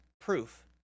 proof